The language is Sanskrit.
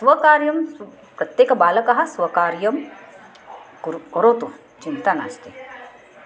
स्वकार्यं सु प्रत्येकबालकः स्वकार्यं कुर् करोतु चिन्ता नास्ति